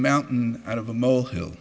mountain out of a molehill